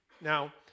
Now